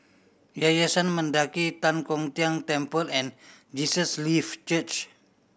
Yayasan Mendaki Tan Kong Tian Temple and Jesus Live Church